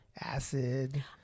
acid